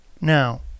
Now